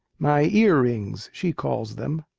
my ear-rings she calls them.